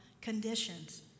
conditions